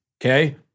Okay